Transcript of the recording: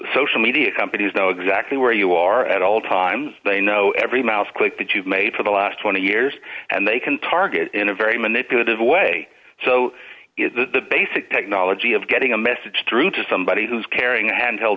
social media companies know exactly where you are at all times they know every mouse click that you've made for the last twenty years and they can target in a very manipulative way so that the basic technology of getting a message through to somebody who's carrying a handheld